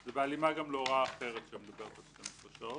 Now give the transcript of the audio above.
זה בהלימה גם להוראה אחרת שמדברת על 12 שעות.